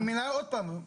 אני אומר עוד פעם.